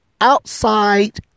outside